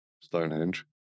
Stonehenge